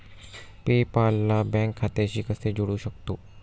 पे पाल ला बँक खात्याशी कसे जोडू शकतो?